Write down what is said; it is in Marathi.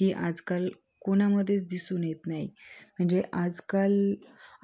ही आजकाल कोणामध्येच दिसून येत नाही म्हणजे आजकाल